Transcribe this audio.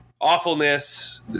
awfulness